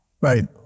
Right